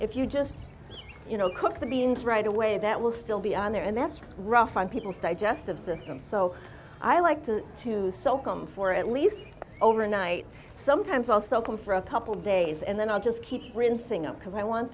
if you just you know cook the beans right away that will still be on there and that's rough on people's digestive system so i like to to soak them for at least overnight sometimes also come for a couple days and then i'll just keep rinsing up because i want